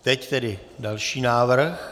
Teď tedy další návrh.